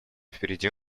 впереди